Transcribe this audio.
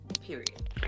period